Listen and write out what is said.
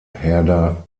herder